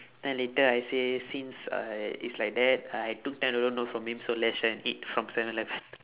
then later I say since uh it's like that I took ten dollar note from him so let's share and eat from seven eleven